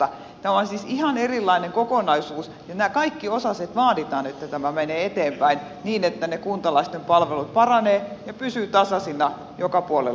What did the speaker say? tämä on siis ihan erilainen kokonaisuus ja nämä kaikki osaset vaaditaan jotta tämä menee eteenpäin niin että ne kuntalaisten palvelut paranevat ja pysyvät tasaisina joka puolella suomea